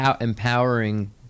empowering